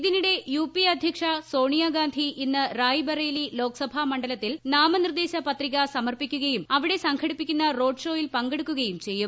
ഇതിനിടെ U P A അധ്യക്ഷ സോണിയാഗാന്ധി ഇന്ന് റായ്ബറേലി ലോക്സഭാ മണ്ഡലത്തിൽ നാമനിർദ്ദേശ പത്രിക സമർപ്പിക്കുകയും അവിടെ സംഘടിപ്പിക്കുന്ന റോഡ് ഷോയിൽ പങ്കെടുക്കുകയും ചെയ്യും